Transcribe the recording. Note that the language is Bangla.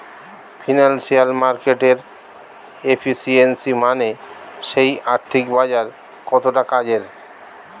ফিনান্সিয়াল মার্কেটের এফিসিয়েন্সি মানে সেই আর্থিক বাজার কতটা কাজের